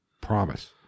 Promise